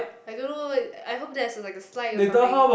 I don't know I hope there's like a slide or something